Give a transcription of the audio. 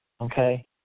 Okay